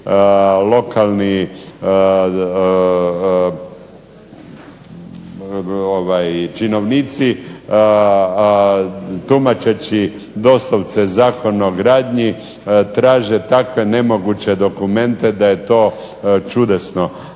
lokalni činovnici tumačeći doslovce zakon o gradnji traže takve nemoguće dokumente da je to čudesno,